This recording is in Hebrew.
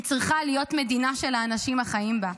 היא צריכה להיות מדינה של האנשים החיים בה.